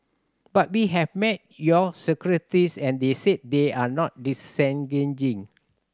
but we have met your secretaries and they said they are not disengaging